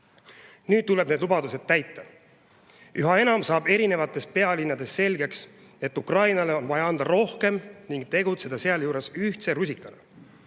Nüüd tuleb need lubadused täita. Üha enam saab eri pealinnades selgeks, et Ukrainale on vaja anda rohkem ning tegutseda tuleb sealjuures ühtse rusikana.